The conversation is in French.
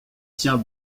tient